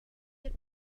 yet